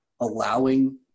allowing